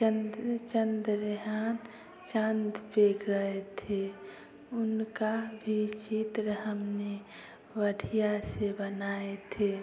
चंद्रयान चाँद पे गए थे उनका भी चित्र हमने बढ़िया से बनाए थे